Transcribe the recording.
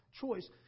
choice